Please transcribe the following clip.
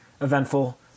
eventful